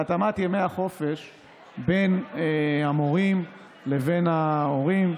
בין המורים לבין ההורים.